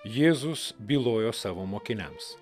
jėzus bylojo savo mokiniams